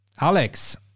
alex